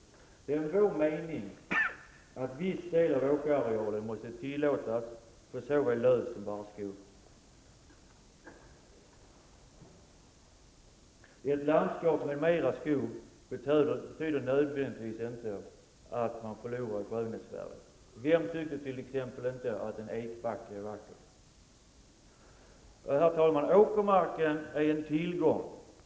Det är vår mening att odling av såväl lövsom barrskog måste tillåtas på en viss del av åkerarealen. Ett landskap med mera skog betyder nödvändigtvis inte att man förlorar i skönhetsvärden. Vem tycker t.ex. inte att en ekbacke är vacker? Herr talman! Åkermarken är en tillgång.